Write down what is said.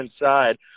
inside